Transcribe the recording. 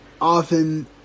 often